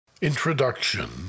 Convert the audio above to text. Introduction